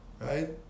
right